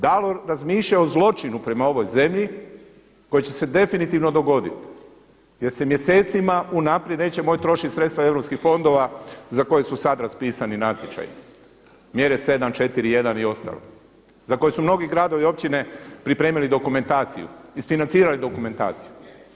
Da li razmišljaju o zločinu prema ovoj zemlji koji će se definitivno dogoditi jer se mjesecima unaprijed neće moći trošiti sredstva europskih fondova za koje su sada raspisani natječaji, mjere 7.4.1 i ostalo za koje su mnogi gradovi i općine pripremili dokumentaciju, isfinancirali dokumentaciju.